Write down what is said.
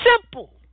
simple